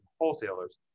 wholesalers